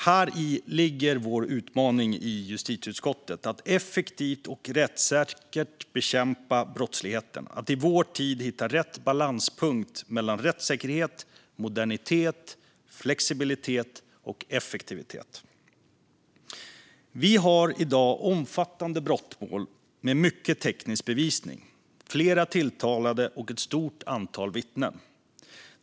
Häri ligger vår utmaning i justitieutskottet att effektivt och rättssäkert bekämpa brottsligheten och att i vår tid hitta rätt balanspunkt mellan rättssäkerhet, modernitet, flexibilitet och effektivitet. Vi har i dag omfattande brottmål med mycket teknisk bevisning, flera tilltalade och ett stort antal vittnen.